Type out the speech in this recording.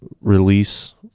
release